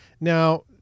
Now